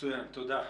תודה.